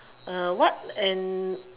uh what an